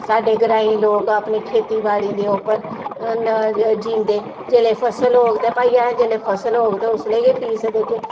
साढ़े ग्राईं लोक अपनी खेती बाड़ी दे उप्पर जींदे जेल्लै फसल होग ते भाई अहें जेल्लै फसल होग ते उसलै गै फीस देगे